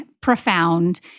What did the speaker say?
profound